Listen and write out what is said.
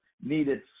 needed